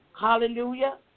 Hallelujah